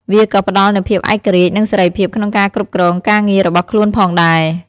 វាក៏ផ្តល់នូវភាពឯករាជ្យ និងសេរីភាពក្នុងការគ្រប់គ្រងការងាររបស់ខ្លួនផងដែរ។